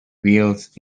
wheels